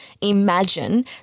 imagine